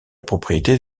propriété